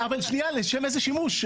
אבל לשם איזה שימוש?